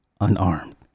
unarmed